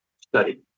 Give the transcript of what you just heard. study